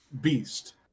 beast